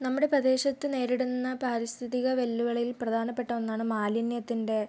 നമ്മുടെ പ്രദേശത്ത് നേരിടുന്ന പാരിസ്ഥിതിക വെല്ലുവിളിൽ പ്രധാനപ്പെട്ട ഒന്നാണ് മാലിന്യത്തിൻ്റെ